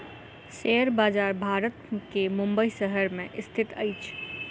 share बजार भारत के मुंबई शहर में स्थित अछि